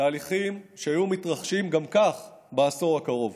תהליכים שהיו מתרחשים גם כך בעשור הקרוב,